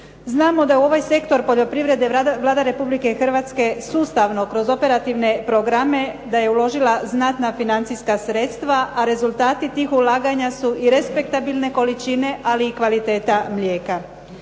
Znamo da u ovaj sektor poljoprivrede Vlada Republike Hrvatske sustavno, kroz operativne programe, da je uložila znatna financijska sredstva, a rezultati tih ulaganja su i respektabilne količine, ali i kvaliteta mlijeka.